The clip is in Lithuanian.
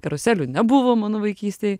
karuselių nebuvo mano vaikystėj